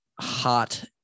hot